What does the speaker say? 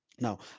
Now